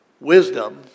Wisdom